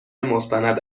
مستند